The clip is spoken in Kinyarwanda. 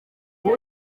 muri